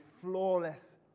flawless